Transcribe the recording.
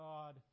God